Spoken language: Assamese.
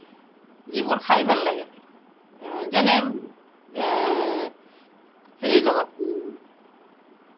যিবোৰ খাই ভাল লাগে যেনে হেৰিৰ লগত